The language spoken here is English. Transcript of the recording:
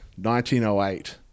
1908